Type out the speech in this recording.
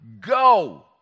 go